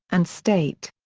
and state.